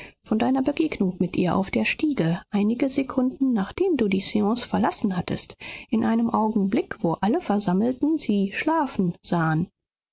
von deiner begegnung mit ihr auf der stiege einige sekunden nachdem du die seance verlassen hattest in einem augenblick wo alle versammelten sie schlafen sahen